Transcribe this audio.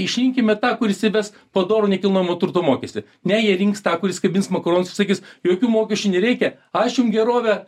išrinkime tą kuris įves padorų nekilnojamo turto mokestį ne jie rinks tą kuris kabins makaronus ir sakys jokių mokesčių nereikia aš jum gerovę